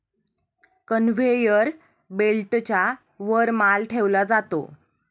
conveyor बेल्टच्या वर माल ठेवला जातो